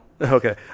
Okay